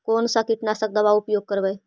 कोन सा कीटनाशक दवा उपयोग करबय?